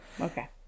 Okay